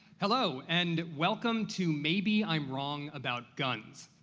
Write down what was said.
hello, and welcome to maybe i'm wrong about guns,